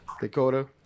Dakota